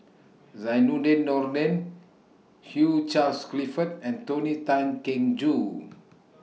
Zainudin Nordin Hugh Charles Clifford and Tony Tan Keng Joo